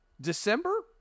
December